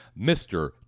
Mr